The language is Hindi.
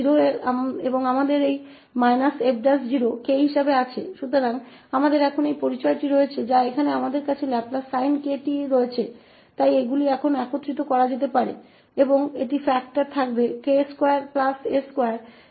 तो अब हमारी यह पहचान है कि यहाँ हमारे पास लाप्लास sin 𝑘𝑡 है यहाँ भी हमारे पास लाप्लास sin 𝑘𝑡 है इसलिए इन्हें अब विलय किया जा सकता है